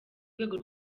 rwego